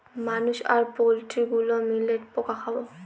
মানুষ আর পোল্ট্রি গুলো মিলে পোকা খাবো